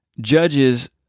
Judges